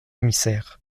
émissaire